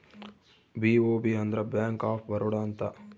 BOB ಅಂದ್ರ bank of Baroda ಅಂತ